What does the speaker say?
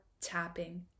Tapping